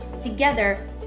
Together